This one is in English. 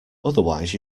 otherwise